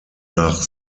nach